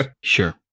sure